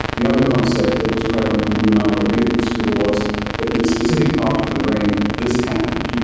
the other concept that was prevalent when you and i were at medical school was that in a specific part of the brain, this happened, you